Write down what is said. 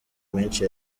menshi